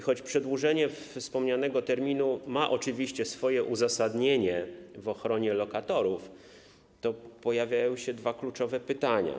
Choć przedłużenie wspomnianego terminu ma oczywiście swoje uzasadnienie w ochronie lokatorów, to pojawiają się dwa kluczowe pytania.